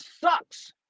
sucks